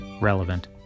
relevant